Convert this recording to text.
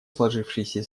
сложившейся